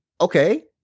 okay